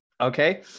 okay